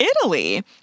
Italy